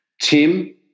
Tim